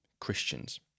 Christians